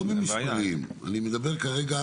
לא במספרים, אני מדבר כרגע